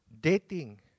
Dating